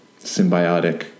symbiotic